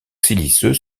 siliceux